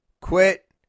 Quit